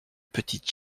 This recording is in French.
petites